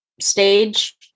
stage